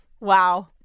Wow